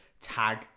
tag